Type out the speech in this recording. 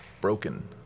broken